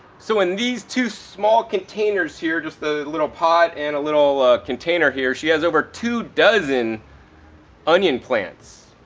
so in these two small containers here, just the little pot and a little ah container here, she has over two dozen onion plants.